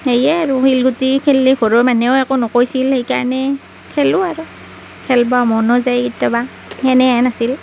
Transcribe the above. সেয়েহে আৰু শিলগুটি খেললি ঘৰৰ মানুহেও একো নকৈছিল সেই কাৰণে খেলোঁ আৰু খেলব মনো যায় কেতিয়াবা সেনেহেন আছিল